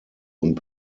und